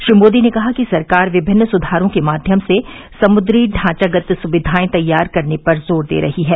श्री मोदी ने कहा कि सरकार विमिन्न सुधारों के माध्यमों से समुद्री ढांचागत सुविघाएं तैयार करने पर जोर दे रही है